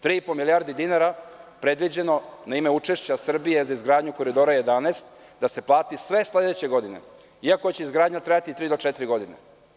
Tri i po milijardi dinara je predviđeno na ime učešća Srbije za izgradnju Koridora 11, da se plati sve sledeće godine, iako će izgradnja trajati tri do četiri godine.